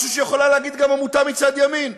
משהו שיכולה להגיד גם עמותה מצד ימין: